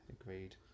agreed